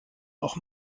noch